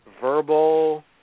verbal